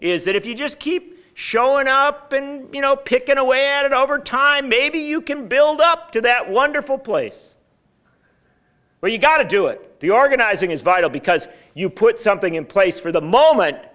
is that if you just keep showing up been you know picking away at it over time maybe you can build up to that wonderful place where you got to do it the organizing is vital because you put something in place for the moment